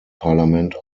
parlament